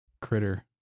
critter